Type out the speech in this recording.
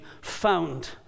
found